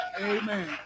Amen